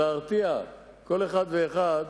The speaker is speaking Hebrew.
להרתיע כל אחד ואחד